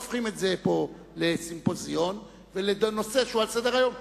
לא הופכים את זה פה לסימפוזיון ולנושא שהוא על סדר-היום,